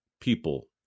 people